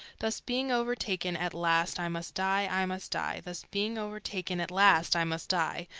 thus being o'er-taken at last, i must die, i must die, thus being o'er-taken at last, i must die,